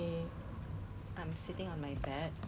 当然他会有我的记录